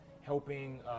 helping